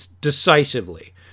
decisively